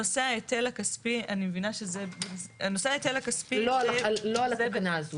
נושא ההיטל הכספי --- לא על התקנה הזו.